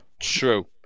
True